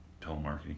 telemarketing